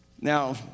Now